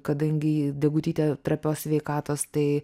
kadangi degutytė trapios sveikatos tai